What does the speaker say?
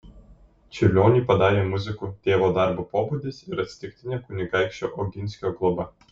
čiurlionį padarė muziku tėvo darbo pobūdis ir atsitiktinė kunigaikščio oginskio globa